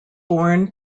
born